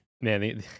Man